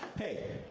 hey,